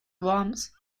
worms